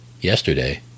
yesterday